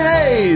Hey